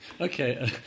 okay